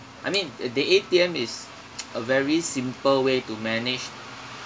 I mean the A_T_M is a very simple way to manage